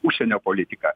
užsienio politika